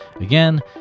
Again